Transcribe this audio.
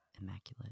immaculate